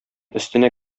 өстенә